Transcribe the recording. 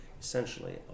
Essentially